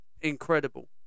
incredible